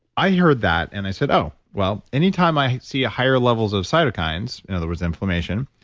i heard that, and i said, oh, well anytime i see ah higher levels of cytokines, in other words, inflammation,